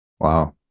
Wow